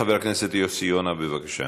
חבר הכנסת יוסי יונה, בבקשה.